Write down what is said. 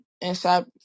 inside